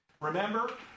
Remember